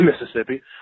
Mississippi